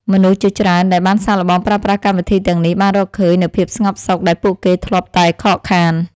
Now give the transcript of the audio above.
មនុស្សជាច្រើនដែលបានសាកល្បងប្រើប្រាស់កម្មវិធីទាំងនេះបានរកឃើញនូវភាពស្ងប់សុខដែលពួកគេធ្លាប់តែខកខាន។